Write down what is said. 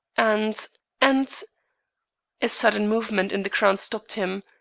and and a sudden movement in the crowd stopped him.